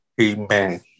Amen